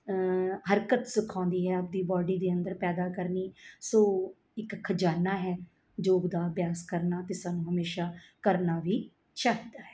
ਹਰਕਤ ਸਿਖਾਉਂਦੀ ਹੈ ਆਪਦੀ ਬੋਡੀ ਦੇ ਅੰਦਰ ਪੈਦਾ ਕਰਨੀ ਸੋ ਇੱਕ ਖਜ਼ਾਨਾ ਹੈ ਯੋਗ ਦਾ ਅਭਿਆਸ ਕਰਨਾ ਅਤੇ ਸਾਨੂੰ ਹਮੇਸ਼ਾ ਕਰਨਾ ਵੀ ਚਾਹੀਦਾ ਹੈ